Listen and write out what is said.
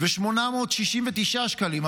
מיליון ו-588,869 שקלים,